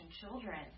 children